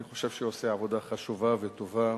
אני חושב שהוא עושה עבודה חשובה וטובה,